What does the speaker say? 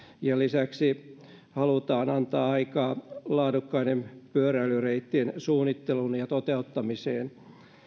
ja lisäksi halutaan antaa aikaa laadukkaiden pyöräilyreittien suunnitteluun ja toteuttamiseen